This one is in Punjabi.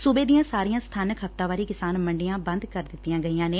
ਸੁਬੇ ਦੀਆਂ ਸਾਰੀਆਂ ਸਬਾਨਕ ਹਫਤਾਵਾਰੀ ਕਿਸਾਨ ਮੰਡੀਆਂ ਬੰਦ ਕਰ ਦਿੱਤੀਆਂ ਗਈਆਂ ਨੇ